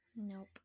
Nope